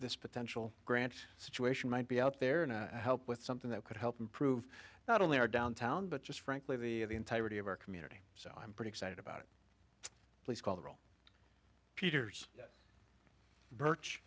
this potential grant situation might be out there and help with something that could help improve not only our downtown but just frankly the entirety of our community so i'm pretty excited about it please call the roll peter's birch